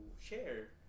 share